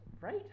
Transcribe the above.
right